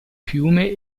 fiume